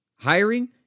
Hiring